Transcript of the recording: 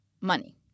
money